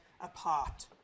apart